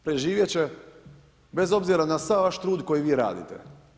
Preživjeti će bez obzira na sav vaš trud koji vi radite.